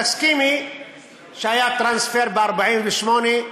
תסכימי שהיה טרנספר ב-1948,